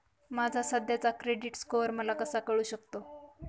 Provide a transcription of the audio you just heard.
माझा सध्याचा credit score मला कसा कळू शकतो?